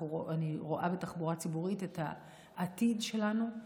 אני רואה בתחבורה ציבורית את העתיד שלנו.